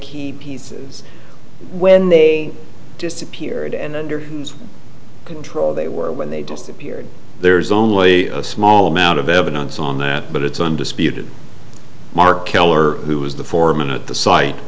key pieces when they disappeared and under control they were when they disappeared there's only a small amount of evidence on that but it's undisputed marc keller who was the foreman at the site